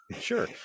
Sure